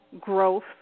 growth